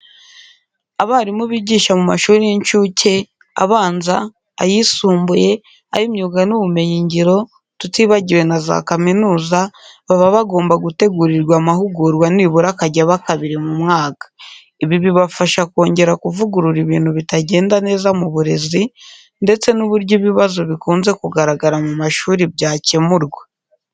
Abarimu bigisha mu mashuri y'incuke, abanza, ayisumbuye, ay'imyuga n'ubumenyingiro tutibagiwe na za kaminuza, baba bagomba gutegurirwa amahugurwa nibura akajya aba kabiri mu mwaka. Ibi bibafasha kongera kuvugurura ibintu bitagenda neza mu burezi ndetse n'uburyo ibibazo bikunze kugaragara mu mashuri byakemurwa.